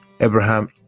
abraham